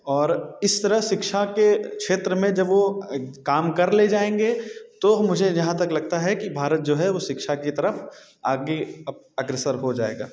और इस तरह शिक्षा के क्षेत्र में जब वो काम कर लें जाएंगे तो मुझे जहां तक लगता है कि भारत जो है शिक्षा की तरफ आगे अग्रसर हो जाएगा